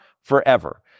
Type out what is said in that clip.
forever